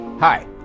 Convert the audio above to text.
Hi